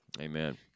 Amen